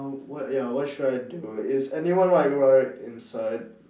uh what ya what should I do is anyone or what inside